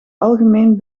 algemeen